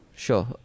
Sure